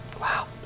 Wow